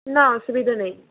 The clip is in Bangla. না অসুবিধা নেই